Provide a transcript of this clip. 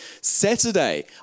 Saturday